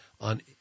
on